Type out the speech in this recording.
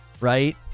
right